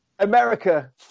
America